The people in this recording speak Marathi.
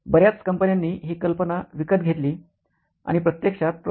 बर्याच कंपन्यांनी ही कल्पना विकत घेतली आणि प्रत्यक्षात प्रो